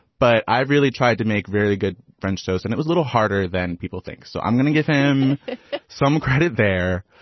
but i really tried to make very good french toast and it was a little harder than people think. so i'm going to give him some credit there.